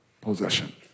possession